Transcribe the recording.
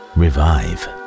revive